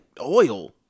oil